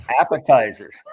appetizers